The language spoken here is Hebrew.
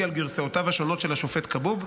על גרסאותיו השונות של השופט כבוב,